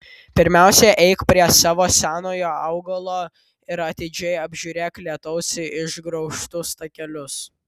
pirmiausia eik prie savo senojo augalo ir atidžiai apžiūrėk lietaus išgraužtus takelius